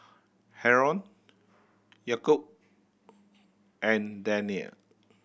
Haron Yaakob and Danial